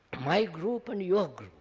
my group and your group,